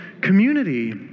community